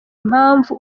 impamvu